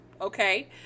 Okay